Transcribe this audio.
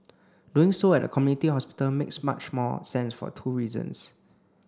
doing so at a community hospital makes much more sense for two reasons